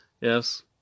Yes